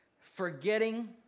forgetting